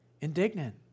indignant